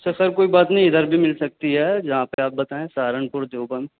سر خیر کوئی بات نہیں ادھر بھی مل سکتی ہے جہاں پہ آپ بتائیں سہارنپور دیوبند